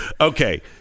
Okay